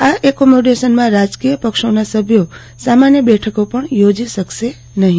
આ એકોમોડેશનમાં રાજકીય પક્ષોના સભ્યો સામાન્ય બેઠકો પણ યોજી શકશે નહીં